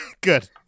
Good